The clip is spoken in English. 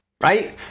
right